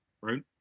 right